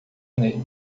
nele